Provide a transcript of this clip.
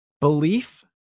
Belief